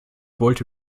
wollte